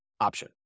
option